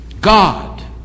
God